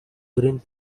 green